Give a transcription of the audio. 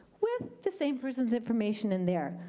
with the same person's information in there.